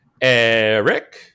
Eric